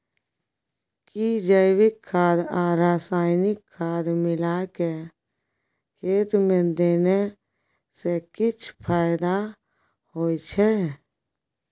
कि जैविक खाद आ रसायनिक खाद मिलाके खेत मे देने से किछ फायदा होय छै?